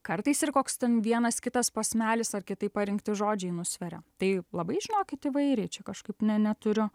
kartais ir koks ten vienas kitas posmelis ar kitaip parinkti žodžiai nusveria tai labai žinokit įvairiai čia kažkaip ne neturiu